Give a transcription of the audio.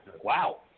Wow